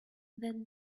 that